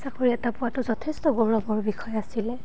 চাকৰি এটা পোৱাটো যথেষ্ট গৌৰৱৰ বিষয় আছিলে